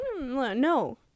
no